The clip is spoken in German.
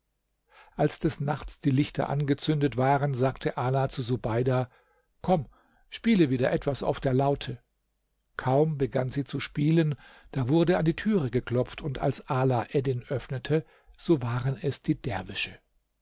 als des nachts die lichter angezündet waren sagte ala zu subeida komm spiele wieder etwas auf der laute kaum begann sie zu spielen da wurde an die türe geklopft und als ala eddin öffnete so waren es die derwische